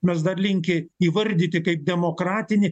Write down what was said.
mes dar linkę įvardyti kaip demokratinį